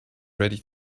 ready